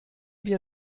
wir